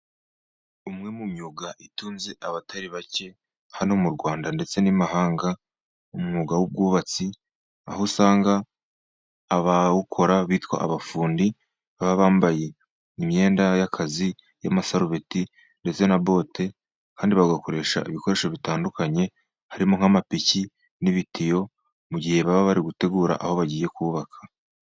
Umwe mu myuga itunze abatari bake hano mu Rwanda ndetse n'imahanga, ni umwuga w'ubwubatsi aho usanga abawukora bitwa abafundi, baba bambaye imyenda y'akazi y'amasarobeti ndetse na bote kandi bagakoresha ibikoresho bitandukanye, harimo nk'amapiki n'ibitiyo mu gihe baba bari gutegura aho bagiye kubaka.